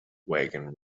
wagon